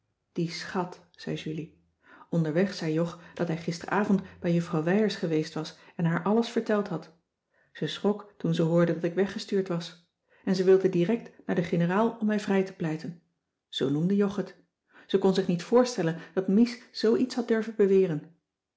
die schàt zei julie onderweg zei jog dat hij gisteravond bij juffrouw wijers geweest was en haar alles verteld had ze schrok toen ze hoorde dat ik weggestuurd was en ze wilde direct naar de generaal om mij vrij te pleiten cissy van marxveldt de h b s tijd van joop ter heul zoo noemde jog het ze kon zich niet voorstellen dat mies zoo iets had durven